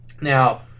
Now